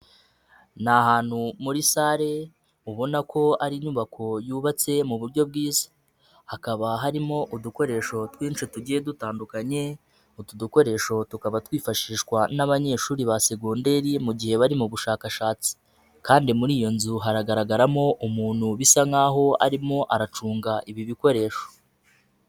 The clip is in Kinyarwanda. Ni ahantu muri salle ubona ko ari inyubako yubatse mu buryo bwiza hakaba harimo udukoresho twinshi tugiye dutandukanye utu dukoresho tukaba twifashishwa n'abanyeshuri ba segondeiri mu gihe bari mu bushakashatsi, kandi muri iyo nzu haragaragaramo umuntu bisa nkaho arimo aracunga ibi bikoresho.